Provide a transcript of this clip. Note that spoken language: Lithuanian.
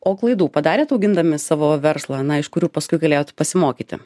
o klaidų padarėt augindami savo verslą na iš kurių paskui galėjot pasimokyti